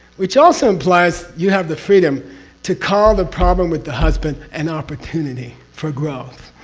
which also implies you have the freedom to call the problem with the husband an opportunity for growth?